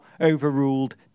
overruled